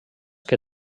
que